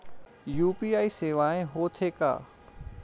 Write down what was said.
UPI सेवाएं हो थे का?